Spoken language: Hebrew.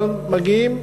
אבל מגיעים,